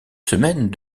semaines